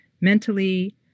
mentally